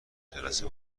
جلسه